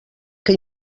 que